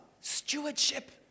Stewardship